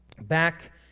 back